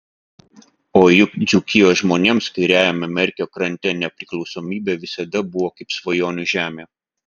o juk dzūkijos žmonėms kairiajame merkio krante nepriklausomybė visada buvo kaip svajonių žemė